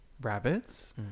rabbits